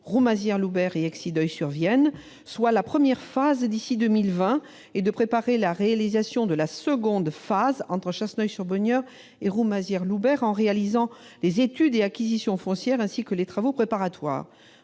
Roumazières-Loubert-Exideuil-sur-Vienne, avec la réalisation de la première phase d'ici à 2020, et de préparer la réalisation de la seconde phase entre Chasseneuil-sur-Bonnieure et Roumazières-Loubert, en effectuant les études et acquisitions foncières, ainsi que les travaux préparatoires.